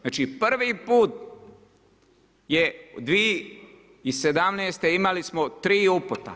Znači prvi put je 2017. imali smo tri uputa.